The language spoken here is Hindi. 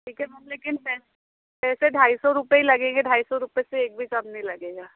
टिकेट हम लेकिन वैसे ढाई सौ रुपये ही लगेंगे ढाई सौ रुपये से एक भी कम नहीं लगेगा